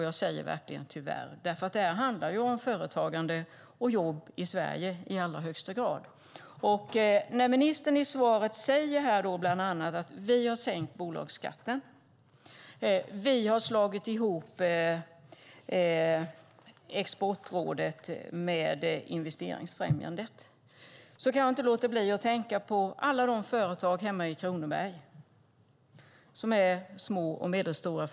Jag säger "tyvärr" eftersom detta i allra högsta grad handlar om företagande och jobb i Sverige. Ministern säger bland annat i svaret: Vi har sänkt bolagsskatten, och vi har slagit ihop Exportrådet med Investeringsfrämjandet. Då kan jag inte låta bli att tänka på alla företag hemma i Kronoberg som är små och medelstora.